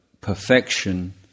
perfection